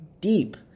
deep